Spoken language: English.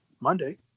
Monday